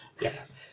Yes